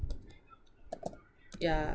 yeah